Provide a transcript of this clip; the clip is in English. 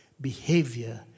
behavior